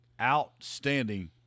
outstanding